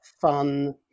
fun